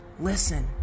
listen